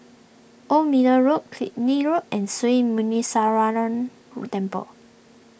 Old Middle Road Killiney Road and Sri Muneeswaran Temple